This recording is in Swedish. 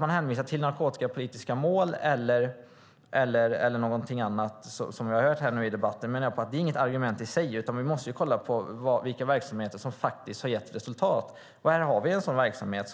Man hänvisar till narkotikapolitiska mål eller någonting annat, som vi har hört här i debatten. Jag menar på att det inte är något argument i sig. Vi måste se på vilka verksamheter som faktiskt har gett resultat. Här har vi en sådan verksamhet